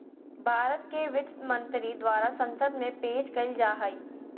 भारत के वित्त मंत्री द्वारा संसद में पेश कइल जा हइ